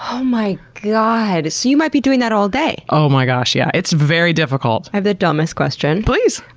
oh my god! so, you might be doing that all day. oh my gosh, yeah. it's very difficult. i have the dumbest question. please!